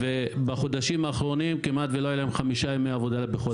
ובחודשים האחרונים כמעט לא היו לנו חמישה ימי עבודה בחודש.